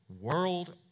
world